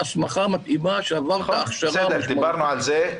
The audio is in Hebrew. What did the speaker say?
הסמכה מתאימה שעברת הכשרה --- דיברנו על זה.